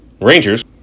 Rangers